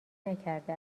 نکرده